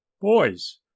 boys